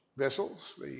vessels